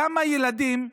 למה ילדים,